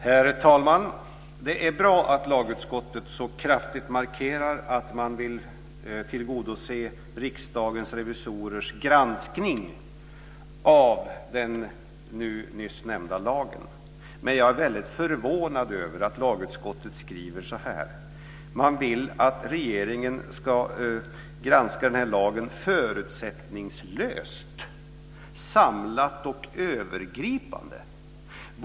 Herr talman! Det är bra att lagutskottet så kraftigt markerar att man vill tillgodose Riksdagens revisorers granskning av den nyss nämnda lagen. Men jag är väldigt förvånad över att lagutskottet skriver att man vill att regeringen ska göra "en förutsättningslös, samlad och övergripande" granskning av lagen.